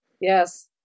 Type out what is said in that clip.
Yes